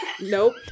Nope